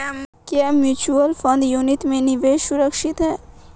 क्या mutual fund unit में निवेश सुरक्षित है?